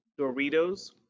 Doritos